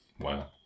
Wow